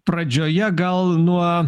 pradžioje gal nuo